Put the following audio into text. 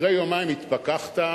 אחרי יומיים התפכחת,